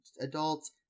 adults